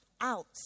out